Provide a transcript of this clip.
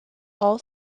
all